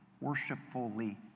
worshipfully